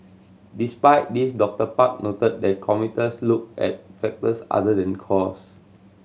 despite this Doctor Park noted that commuters look at factors other than cost